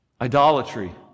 Idolatry